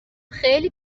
خیلی